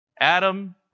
Adam